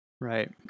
right